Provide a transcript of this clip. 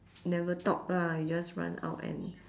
never talk lah you just run out and